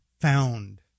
found